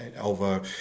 over